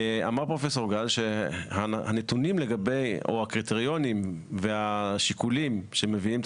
אמר פרופסור גל שהנתונים או הקריטריונים והשיקולים שמביאים את